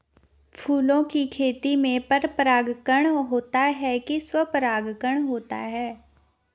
फूलों की खेती में पर परागण होता है कि स्वपरागण?